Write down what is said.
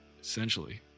essentially